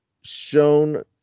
Shown